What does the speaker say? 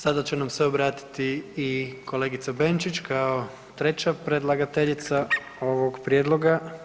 Sada će nam se obratiti i kolegica Benčić kao treća predlagateljica ovog prijedloga.